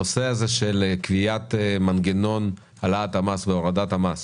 נושא קביעת מנגנון העלאת המס והורדת המס